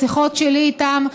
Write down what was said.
בשיחות שלי איתם,